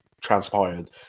transpired